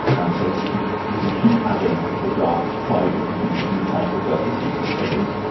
and so you can you can keep adding to the graph by introducing new types of vertices and edges.